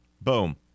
Boom